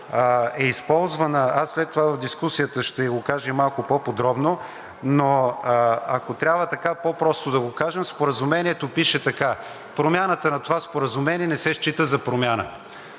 е използвана, аз след това в дискусията ще го кажа и малко по подборно, но ако трябва по-просто да го кажем, в Споразумението пише така – „промяната на това споразумение не се счита за промяна“.